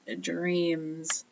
Dreams